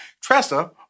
Tressa